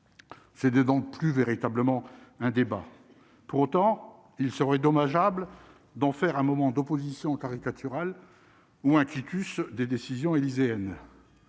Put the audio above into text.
c'était donc plus véritablement un débat pourtant il serait dommageable d'en faire un moment d'opposition caricaturale ou un quitus des décisions élyséennes